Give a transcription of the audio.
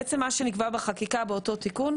בעצם מה שנקבע בחקיקה באותו תיקון,